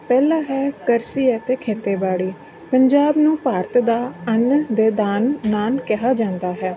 ਪਹਿਲਾ ਹੈ ਕਰਸੀ ਅਤੇ ਖੇਤੀਬਾੜੀ ਪੰਜਾਬ ਨੂੰ ਭਾਰਤ ਦਾ ਅੰਨ ਦੇ ਦਾਨ ਨਾਨ ਕਿਹਾ ਜਾਂਦਾ ਹੈ